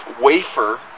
wafer